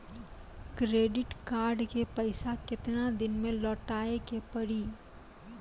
Credit card के पैसा केतना दिन मे लौटाए के पड़ी?